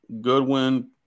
Goodwin